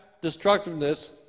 destructiveness